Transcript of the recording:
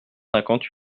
cinquante